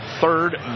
third